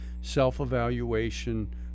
self-evaluation